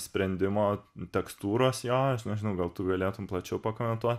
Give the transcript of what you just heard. sprendimo tekstūros jo aš nežinau gal tu galėtum plačiau pakomentuot